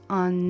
on